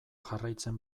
jarraitzen